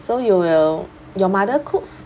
so you will your mother cooks